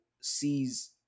sees